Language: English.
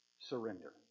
surrender